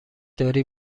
داری